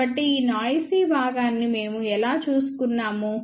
కాబట్టి ఈ నాయిసీ భాగాన్ని మేము ఎలా చూసుకున్నాము